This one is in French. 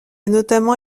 notamment